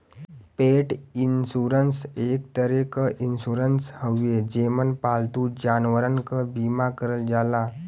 पेट इन्शुरन्स एक तरे क इन्शुरन्स हउवे जेमन पालतू जानवरन क बीमा करल जाला